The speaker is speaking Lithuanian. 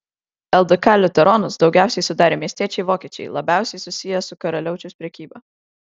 ldk liuteronus daugiausiai sudarė miestiečiai vokiečiai labiausiai susiję su karaliaučiaus prekyba